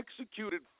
executed